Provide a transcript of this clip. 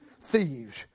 thieves